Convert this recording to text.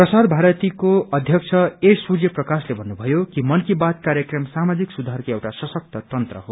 प्रसार भारतीको अध्यक्ष ए सूर्य प्रकाशले भन्नुषयो कि मनकी बात कार्यक्रम सामाजिक सुवारको एउटा सशक्त तंत्र हो